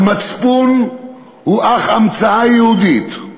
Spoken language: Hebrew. המצפון הוא אך המצאה יהודית,